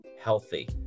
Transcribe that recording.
healthy